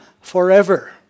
forever